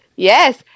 Yes